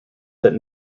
that